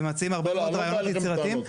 ומציעים הרבה מאוד רעיונות יצירתיים.